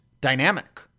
dynamic